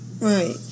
Right